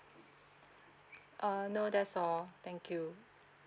uh no that's all thank you